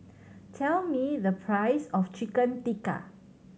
tell me the price of Chicken Tikka